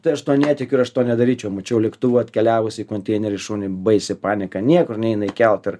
tai aš tuo netikiu ir aš to nedaryčiau mačiau lėktuvu atkeliavusį konteinery šunį baisi panika niekur neina įkelt ir